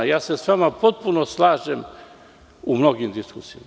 Ja se s vama potpuno slažem u mnogim diskusijama.